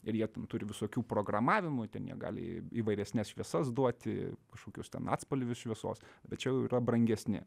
ir jie turi visokių programavimų ten jie gali įvairesnes šviesas duoti kažkokius ten atspalvius šviesos bet čia jau yra brangesni